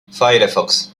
firefox